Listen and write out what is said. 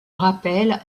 rappel